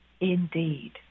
Indeed